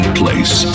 place